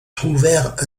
trouvèrent